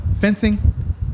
fencing